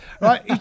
right